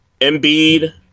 Embiid